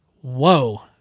whoa